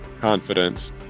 confidence